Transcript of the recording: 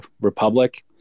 Republic